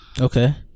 Okay